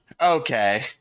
okay